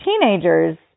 teenagers